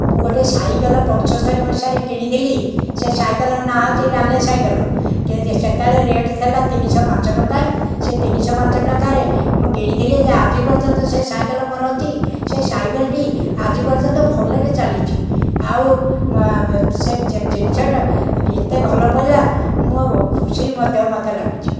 ମୁଁ ଗୋଟିଏ ସାଇକେଲ ପଞ୍ଚସ୍ତରୀ ମସିହାରେ କିଣିଥିଲି ସେ ସାଇକେଲର ନାଁ ହେଉଛି ରାଲେ ସାଇକେଲ ସେତେବେଳେ ରେଟ ଥିଲା ତିନିଶହ ପାଞ୍ଚ ଟଙ୍କା ସେ ତିନିଶହ ପାଞ୍ଚ ଟଙ୍କାରେ ମୁଁ କିଣିଥିଲି ଯେ ଆଜି ପର୍ଯ୍ୟନ୍ତ ସେ ସାଇକେଲ ମୋର ଅଛି ସେ ସାଇକେଲଟି ଆଜି ପର୍ଯ୍ୟନ୍ତ ଭଲରେ ଚାଲିଛି ଆଉ ସେ ଜିନିଷଟା ଏତେ ଭଲ ପଡ଼ିଲା ମୁଁ ଆଉ ଖୁସି ମଧ୍ୟ ମୋତେ ଲାଗୁଛି